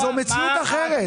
זו מציאות אחרת.